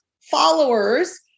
followers